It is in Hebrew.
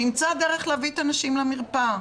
שימצא דרך להביא את הנשים למרפאה,